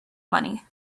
money